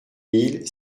mille